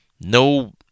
no